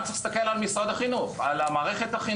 כדי לתת את המסגרת אני אגיד רק בכמה מילים: ב"אלביט מערכות"